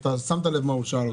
שמת לב מה הוא שאל אותך.